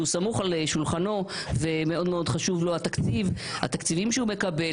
שהוא סמוך על שולחנו ומאוד מאוד חשוב לו התקציבים שהוא מקבל,